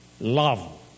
love